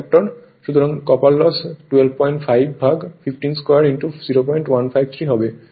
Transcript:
সুতরাং copper loss 125 ভাগ 15 2 0153 হবে